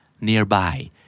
nearby